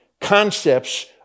concepts